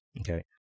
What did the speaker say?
Okay